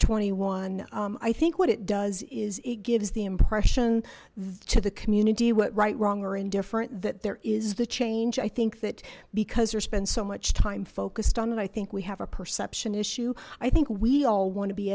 twenty one i think what it does is it gives the impression to the community what right wrong or indifferent that there is the change i think that because there's been so much time focused on it i think we have a perception issue i think we all want to be